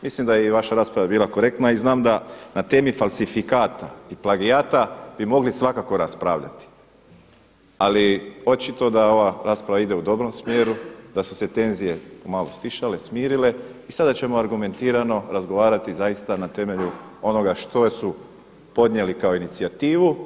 Mislim da je i vaša rasprava bila korektna i da na temi falsifikata i plagijata bi mogli svakako raspravljati, ali očito da ova rasprava ide u dobrom smjeru, da su se tenzije pomalo stišale, smirile i sada ćemo argumentirano razgovarati zaista na temelju onoga što su podnijeli kao inicijativu.